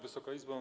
Wysoka Izbo!